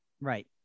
right